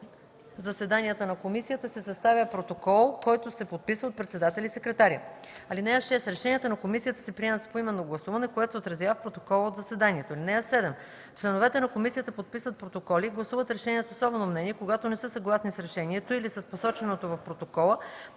заседанията на комисията се съставя протокол, който се подписва от председателя и секретаря. (6) Решенията на комисията се приемат с поименно гласуване, което се отразява в протокола от заседанието. (7) Членовете на комисията подписват протоколи и гласуват решения с особено мнение, когато не са съгласни с решението или с посоченото в протокола,